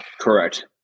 Correct